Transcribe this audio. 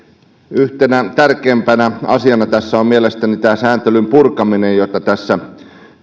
yhtenä tärkeimpänä asiana tässä on mielestäni sääntelyn purkaminen jota tässä